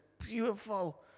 beautiful